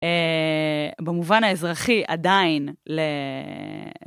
במובן האזרחי עדיין ל...